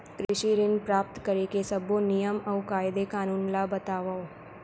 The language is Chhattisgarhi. कृषि ऋण प्राप्त करेके सब्बो नियम अऊ कायदे कानून ला बतावव?